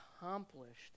accomplished